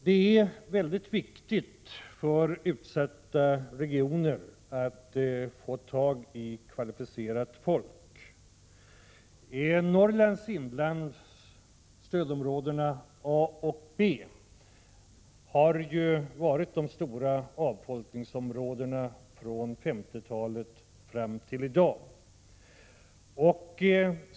Det är väldigt viktigt för utsatta regioner att få tag i kvalificerat folk. Stödområdena A och B i Norrlands inland har ju varit de stora avfolkningsområdena från 1950-talet fram till i dag.